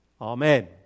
Amen